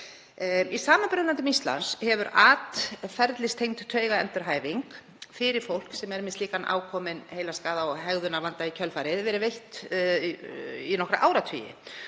Í samanburðarlöndum Íslands hefur atferlistengd taugaendurhæfing fyrir fólk sem er með ákominn heilaskaða og hegðunarvanda í kjölfarið verið veitt í nokkra áratugi